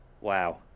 Wow